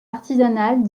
artisanales